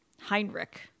Heinrich